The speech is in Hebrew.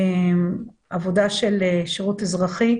עבודה של שירות אזרחי,